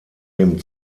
dem